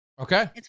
Okay